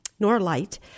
norlight